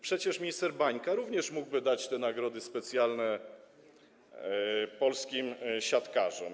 Przecież minister Bańka również mógłby dać nagrody specjalne polskim siatkarzom.